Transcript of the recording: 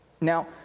Now